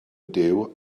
ydyw